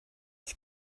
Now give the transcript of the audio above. ich